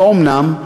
ואומנם,